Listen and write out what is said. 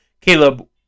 Caleb